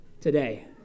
today